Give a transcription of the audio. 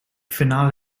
finale